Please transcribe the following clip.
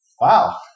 Wow